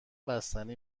بستنی